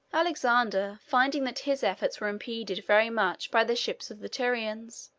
alexander, finding that his efforts were impeded very much by the ships of the tyrians,